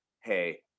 hey